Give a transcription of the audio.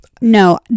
No